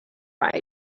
right